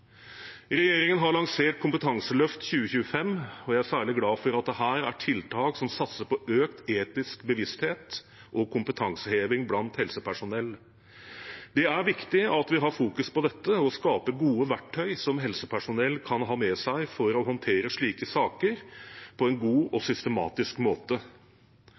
Regjeringen har lansert Kompetanseløft 2025, og jeg er særlig glad for at det her er tiltak som satser på økt etisk bevissthet og kompetanseheving blant helsepersonell. Det er viktig at vi fokuserer på dette og skaper gode verktøy som helsepersonell kan ha med seg for å håndtere slike saker på en god og systematisk måte.